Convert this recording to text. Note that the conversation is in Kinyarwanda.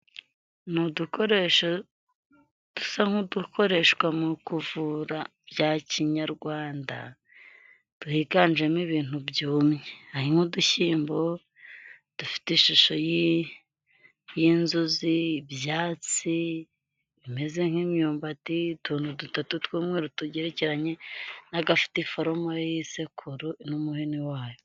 Ni udukoresho dusa nk'udukoreshwa mu kuvura bya kinyarwanda, twiganjemo ibintu byumye, harimo udushyimbo dufite ishusho y'inzuzi, ibyatsi bimeze nk'imyumbati, utuntu dutatu tw'umweru tugerekeranye n'agafite iforomo y'isekuru n'umuhini wayo.